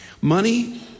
Money